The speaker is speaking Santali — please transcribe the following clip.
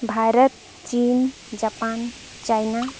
ᱵᱷᱟᱨᱚᱛ ᱪᱤᱱ ᱡᱟᱯᱟᱱ ᱪᱟᱭᱱᱟ